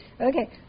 Okay